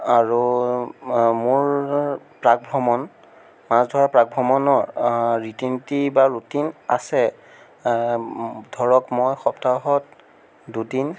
আৰু মোৰ প্ৰাক্ ভ্ৰমণ মাছ ধৰাৰ প্ৰাক্ ভ্ৰমণৰ ৰীতি নীতি বা ৰুটিন আছে ধৰক মই সপ্তাহত দুদিন